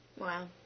Wow